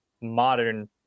modern